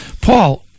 Paul